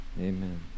amen